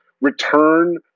return